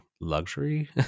luxury